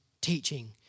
teaching